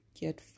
get